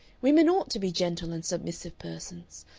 women ought to be gentle and submissive persons,